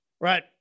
Right